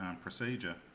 procedure